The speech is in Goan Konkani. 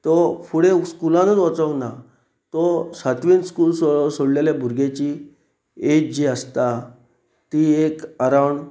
तो फुडें स्कुलानूच वचोंक ना तो सातवीन स्कूल सो सोडलेल्या भुरग्याची एज जी आसता ती एक अरावंड